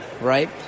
right